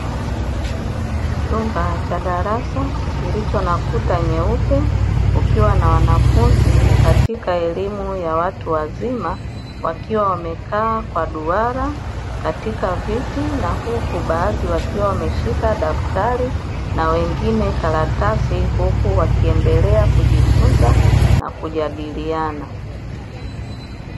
Chumba cha darasa kilicho na kuta nyeupe ,kukiwa na wanafunzi, katika elimu ya watu wazima, wakiwa wamekaa kwa duara, katika viti, na huku baadhi wakiwa wameshika daftari, na wengine karatasi, huku wakiendelea kujifunza na kujadiliana.